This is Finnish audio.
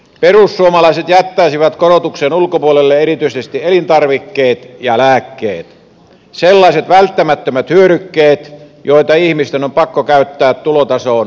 perussuomalaiset jättäisivät korotuksen ulkopuolelle erityisesti elintarvikkeet ja lääkkeet sellaiset välttämättömät hyödykkeet joita ihmisten on pakko käyttää tulotasoon katsomatta